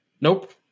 Nope